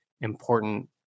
important